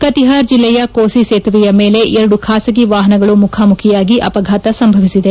ಕತಿಹಾರ್ ಜಿಲ್ಲೆಯ ಕೋಸಿ ಸೇತುವೆಯ ಮೇಲೆ ಎರಡು ಖಾಸಗಿ ವಾಹನಗಳು ಮುಖಾಮುಖಿಯಾಗಿ ಅಪಘಾತ ಸಂಭವಿಸಿದೆ